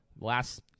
last